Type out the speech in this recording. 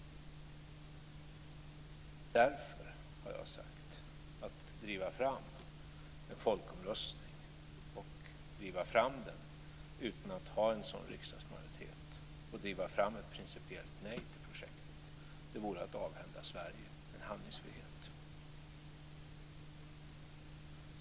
Därför har jag sagt: Att driva fram en folkomröstning, att göra det utan att ha en sådan riksdagsmajoritet och att driva fram ett principiellt nej till projektet vore att avhända Sverige en handlingsfrihet.